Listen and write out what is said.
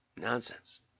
nonsense